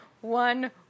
One